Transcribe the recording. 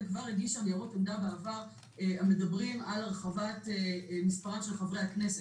כבר הגישה ניירות עמדה בעבר המדברים על הרחבת מספר חברי הכנסת.